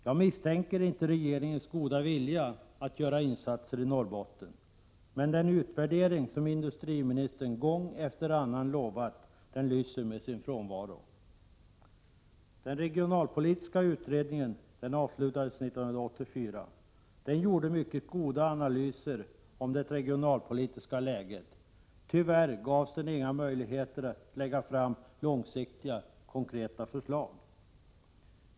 Jag misstror inte regeringens goda vilja att göra insatser i Norrbotten, men den utvärdering som industriministern gång efter annan lovat lyser med sin frånvaro. Den regionalpolitiska utredningen avslutades 1984. I utredningen gavs många goda analyser av det regionalpolitiska läget. Tyvärr gavs den inga möjligheter att lägga fram långsiktiga, konkreta förslag.